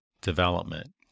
development